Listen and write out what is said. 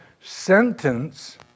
sentence